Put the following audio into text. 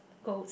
goats